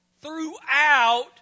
throughout